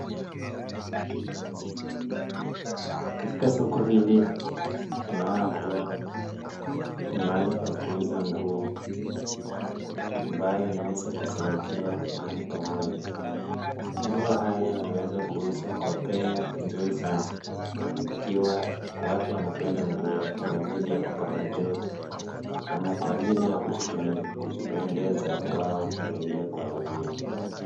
Katika soko hili tunaona kuwa ni mahali pa kuuza nguo ambayo imeweza kusanyikiwa mahali pamoja. Nguo haya yanaweza kuuzwa kwa bei nzuri sana ikiwa watu wanapenda nguo kwa ajili ya kupata joto ama kwa ajili ya kujipende kujipendeza wao wenyewe kwa wenyewe.